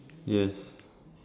yes